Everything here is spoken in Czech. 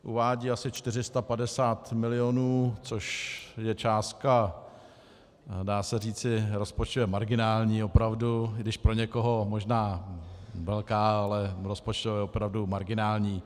Uvádí asi 450 milionů, což je částka, dá se říci, rozpočtově marginální opravdu, i když pro někoho možná velká, ale rozpočtově opravdu marginální.